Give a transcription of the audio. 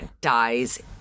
dies